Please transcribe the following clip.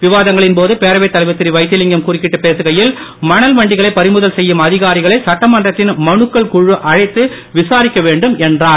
விவாதங்களின் போது பேரவைத் தலைவர் திருவைத்திலிங்கம் குறுக்கிட்டு பேசுகையில் மணல் வண்டிகளை பறிமுதல் செய்யும் அதிகாரிகளை சட்டமன்றத்தின் மனுக்கள் குழு அழைத்து விசாரிக்க வேண்டும் என்றார்